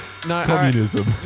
Communism